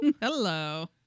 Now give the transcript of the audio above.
Hello